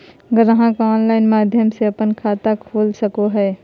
ग्राहक ऑनलाइन माध्यम से अपन खाता खोल सको हइ